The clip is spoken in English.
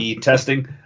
testing